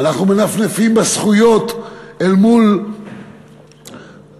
ואנחנו מנפנפים בזכויות אל מול תושביה